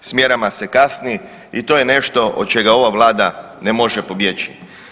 S mjerama se kasni i to je nešto od čega ova vlada ne može pobjeći.